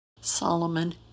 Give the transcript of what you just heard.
Solomon